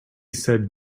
said